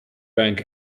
bank